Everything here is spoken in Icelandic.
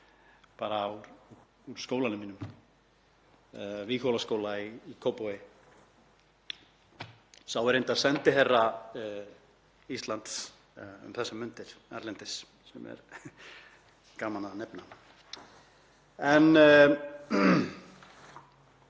einum úr skólanum mínum, Víghólaskóla í Kópavogi. Sá er reyndar sendiherra Íslands um þessar mundir erlendis, sem er gaman að nefna.